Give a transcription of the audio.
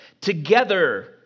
Together